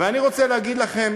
ואני רוצה להגיד לכם,